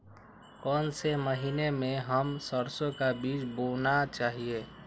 कौन से महीने में हम सरसो का बीज बोना चाहिए?